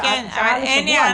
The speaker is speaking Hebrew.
לשעה --- הניה,